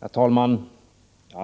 Herr talman!